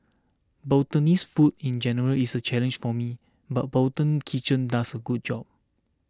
Bhutanese food in general is a challenge for me but Bhutan Kitchen does a good job